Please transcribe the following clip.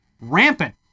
rampant